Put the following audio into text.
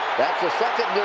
that's the second